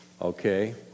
Okay